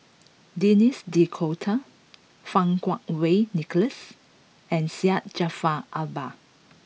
Denis D'Cotta Fang Kuo Wei Nicholas and Syed Jaafar Albar